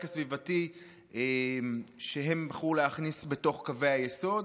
הסביבתי שהם בחרו להכניס בתוך קווי היסוד,